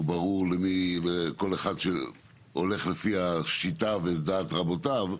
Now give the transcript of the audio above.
ברור לי ולכל אחד שהולך לפי השיטה ודעת רבותיו,